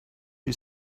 you